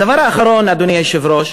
הדבר האחרון, אדוני היושב-ראש,